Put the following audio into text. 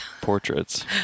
portraits